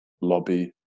lobby